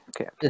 Okay